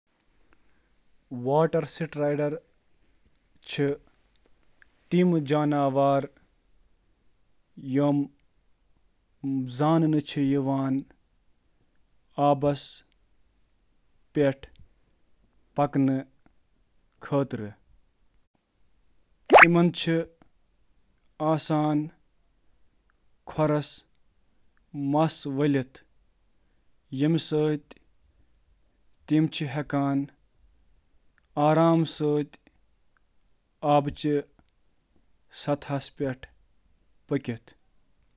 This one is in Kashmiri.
کنہہ مخلوق چِھ آبس پیٹھ پکنٕچ صلٲحیت خٲطرٕہ زاننہٕ یوان، بشمول آبہٕ سٹرائیڈرز، باسیلسک چھپکلی تہٕ ممکنہ طورس پیٹھ گیکو۔